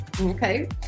okay